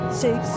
six